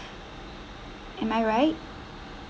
am I right